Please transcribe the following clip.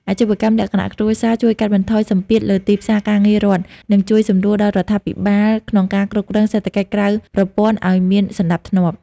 អាជីវកម្មលក្ខណៈគ្រួសារជួយកាត់បន្ថយសម្ពាធលើទីផ្សារការងាររដ្ឋ និងជួយសម្រួលដល់រដ្ឋាភិបាលក្នុងការគ្រប់គ្រងសេដ្ឋកិច្ចក្រៅប្រព័ន្ធឱ្យមានសណ្ដាប់ធ្នាប់។